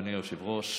אדוני היושב-ראש.